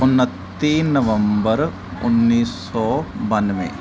ਉਨੱਤੀ ਨਵੰਬਰ ਉੱਨੀ ਸੌ ਬਾਨਵੇਂ